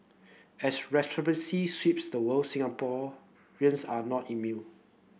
as sweeps the world Singapore are not immune